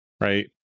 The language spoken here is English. right